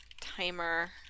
Timer